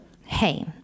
Hey